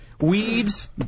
Weeds